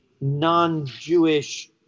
non-jewish